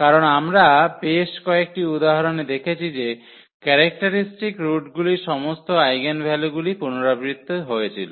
কারণ আমরা বেশ কয়েকটি উদাহরণে দেখেছি যে ক্যারেক্টারিস্টিক রুটগুলি সমস্ত আইগেনভ্যালুগুলি পুনরাবৃত্তি হয়েছিল